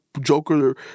joker